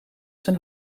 zijn